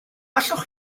allwch